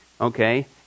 Okay